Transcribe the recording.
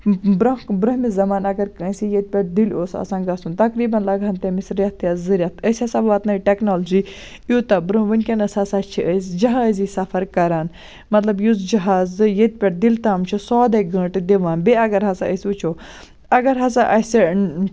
برونٛہہ برونٛمہِ زَمانہٕ اَگر کٲنسہِ ییٚتہِ پٮ۪ٹھ دِلہِ اوس آسان گژھُن تقریٖبن لَگہٕ ہن تٔمِس رٮ۪تھ یا زٕ رٮ۪تھ أسۍ ہسا واتنٲیو ٹیکنالج تیوٗتاہ برونٛہہ ؤنکیٚنس ہسا چھِ أسۍ جَہٲزی سَفر کران مطلب یُس جَہازٕ ییٚتہِ پٮ۪ٹھ دِلہِ تام چھُ سودَے گٲنٹہٕ دِوان بیٚیہِ اَگر ہسا أسۍ وُچھو اَگر ہسا اَسہِ